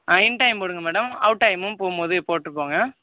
in time போடுங்கள் madam அவுட்டைமும் போகும்போது போட்டு போங்க